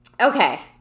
okay